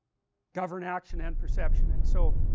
govern action and perception, and so,